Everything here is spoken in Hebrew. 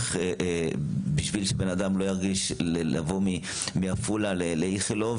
וכדי שבן אדם לא ירגיש צורך לבוא מעפולה לאיכילוב